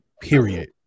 period